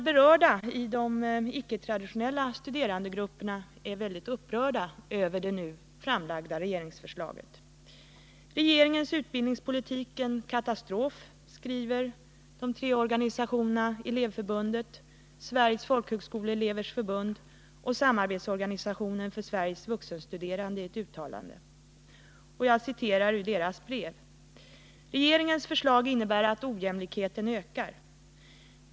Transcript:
Berörda elever i de icke-traditionella studerandegrupperna är väldigt upprörda över det nu framlagda regeringsförslaget. ”Regeringens utbildningspolitik — en katastrof!” skriver de tre organisationerna Elevförbundet, Sveriges folkhögskoleelevers förbund och Samarbetsorganisationen för Sveriges vuxenstuderande i ett brev, i vilket det också står följande: ”Regeringens förslag innebär att ojämlikheten ökar.